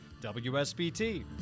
WSBT